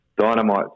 dynamite